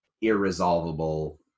irresolvable